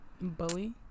Bully